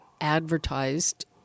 advertised